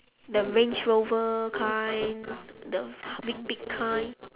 the range rover kind the big big kind